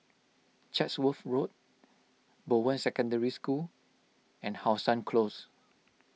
Chatsworth Road Bowen Secondary School and How Sun Close